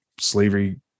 slavery